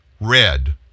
red